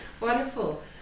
Wonderful